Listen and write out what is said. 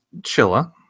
Chilla